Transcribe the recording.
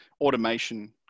automation